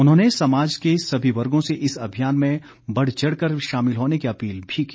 उन्होंने समाज के सभी वर्गो से इस अभियान में बढ़चढ़ कर शामिल होने की अपील भी की